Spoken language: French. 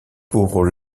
pour